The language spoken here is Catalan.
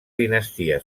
dinastia